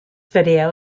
video